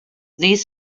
these